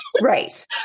Right